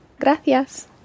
Gracias